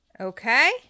Okay